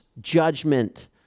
judgment